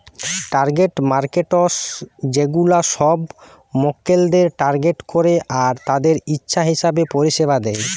target markets সেগুলা সব মক্কেলদের টার্গেট করে আর তাদের ইচ্ছা হিসাবে পরিষেবা দেয়